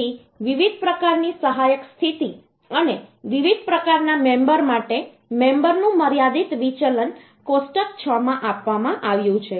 તેથી વિવિધ પ્રકારની સહાયક સ્થિતિ અને વિવિધ પ્રકારના મેમબર માટે મેમબરનું મર્યાદિત વિચલન કોષ્ટક 6 માં આપવામાં આવ્યું છે